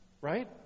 Right